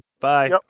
Bye